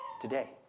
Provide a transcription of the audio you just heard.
today